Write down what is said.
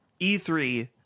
e3